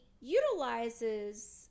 utilizes